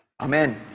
Amen